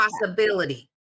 possibility